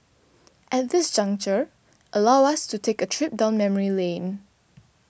at this juncture allow us to take a trip down memory lane